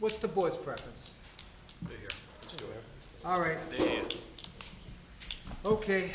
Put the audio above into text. what's the boy's preference alright ok